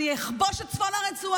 אני אכבוש את צפון הרצועה,